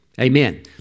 Amen